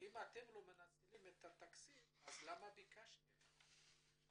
אם אתם לא מנצלים את התקציב מדוע ביקשתם אותו?